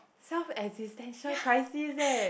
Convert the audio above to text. self existential crisis leh